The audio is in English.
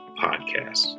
podcast